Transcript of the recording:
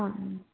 হয়